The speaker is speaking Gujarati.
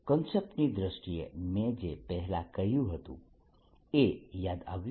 કન્સેપ્ટની દ્રષ્ટિએ મેં જે પહેલા કહ્યું હતું એ યાદ આવ્યું